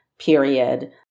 Period